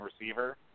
receiver